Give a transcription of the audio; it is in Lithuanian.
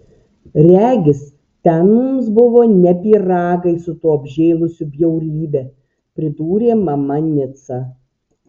regis ten mums buvo ne pyragai su tuo apžėlusiu bjaurybe pridūrė mama nica